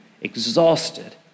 exhausted